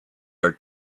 are